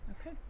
Okay